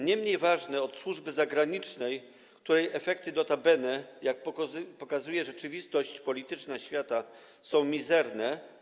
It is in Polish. Nie mniej ważne od służby zagranicznej, której efekty notabene, jak pokazuje rzeczywistość polityczna świata, są mizerne.